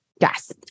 Yes